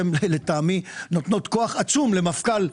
לטעמי הן נותנות כוח עצום למפכ"ל,